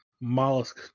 mollusk